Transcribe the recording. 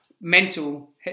mental